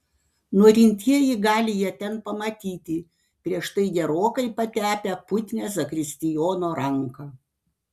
norintieji gali ją ten pamatyti prieš tai gerokai patepę putnią zakristijono ranką